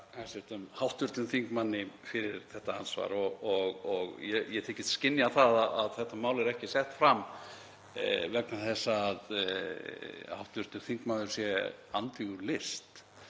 hv. þingmanni fyrir þetta andsvar og ég þykist skynja það að þetta mál er ekki sett fram vegna þess að hv. þingmaður sé andvígur list.